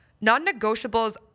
non-negotiables